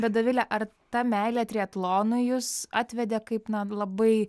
bet dovilė ar ta meilė triatlonui jus atvedė kaip na labai